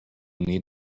need